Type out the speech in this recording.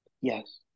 Yes